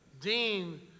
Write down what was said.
Dean